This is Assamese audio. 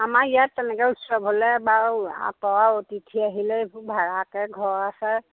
আমাৰ ইয়াত তেনেকৈ উৎসৱ হ'লে বাৰু আঁতৰৰ অতিথি আহিলে এইবোৰ ভাড়াকৈ ঘৰ আছে